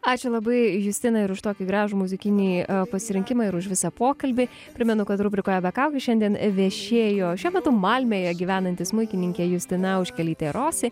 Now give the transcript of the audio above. ačiū labai justina ir už tokį gražų muzikinį pasirinkimą ir už visą pokalbį primenu kad rubrikoje be kaukių šiandien viešėjo šiuo metu malmėje gyvenanti smuikininkė justina auškelytė rosi